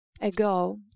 ago